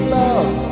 love